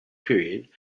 period